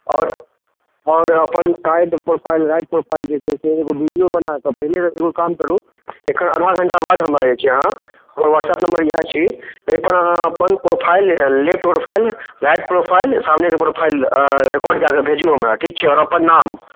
आओर आओर अपन काज प्रोफाइल लाइफ प्रोफाइलपर वीडिओ बनाकऽ पहिले एगो काम करू एखन आधा घण्टा बाद हमरा जे छै अहाँ हमर व्हाट्सअप नम्बर इएह छी ओहिपर अहाँ अपन profile left profile right profile सामनेके प्रोफाइल अऽ रिकार्ड कऽ कऽ भेजू हमरा ठीक छै आओर अपन नाम